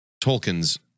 tolkien's